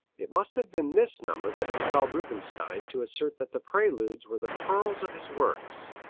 it must have been this number that impelled rubinstein to assert that the preludes were the pearls of his works.